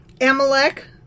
amalek